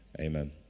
Amen